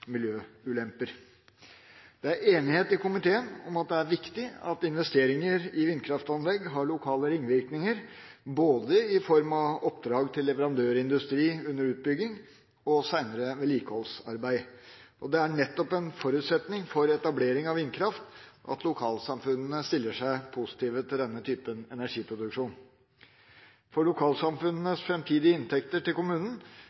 miljøulemper. Det er enighet i komiteen om at det er viktig at investeringer i vindkraftanlegg har lokale ringvirkninger både i form av oppdrag til leverandørindustri under utbygging og senere vedlikeholdsarbeid. Det er nettopp en forutsetning for etablering av vindkraft at lokalsamfunnene stiller seg positive til denne typen energiproduksjon. For lokalsamfunnene er framtidige inntekter til